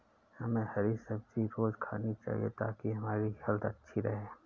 हमे हरी सब्जी रोज़ खानी चाहिए ताकि हमारी हेल्थ अच्छी रहे